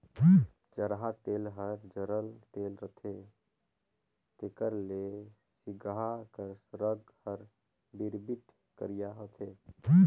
जरहा तेल हर जरल तेल रहथे तेकर ले सिगहा कर रग हर बिरबिट करिया रहथे